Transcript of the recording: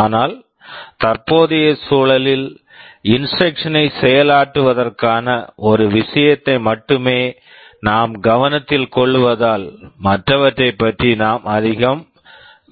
ஆனால் தற்போதைய சூழலில் இன்ஸ்ட்ரக்க்ஷன் instruction ஐ செயலாற்றுவதற்கான ஒரு விஷயத்தை மட்டுமே நாம் கவனத்தில் கொள்ளுவதால் மற்றவற்றைப் பற்றி நாம் அதிகம்